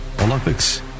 Olympics